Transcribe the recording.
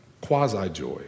quasi-joy